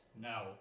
No